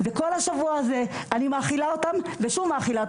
וכל השבוע הזה, אני מאכילה אותם, ושוב מאכילה.